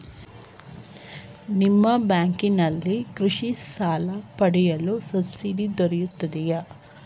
ನಿಮ್ಮ ಬ್ಯಾಂಕಿನಲ್ಲಿ ಕೃಷಿ ಸಾಲ ಪಡೆಯಲು ಸಬ್ಸಿಡಿ ದೊರೆಯುತ್ತದೆಯೇ?